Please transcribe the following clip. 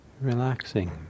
Relaxing